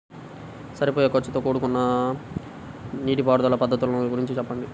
సరిపోయే ఖర్చుతో కూడుకున్న నీటిపారుదల పద్ధతుల గురించి చెప్పండి?